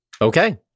Okay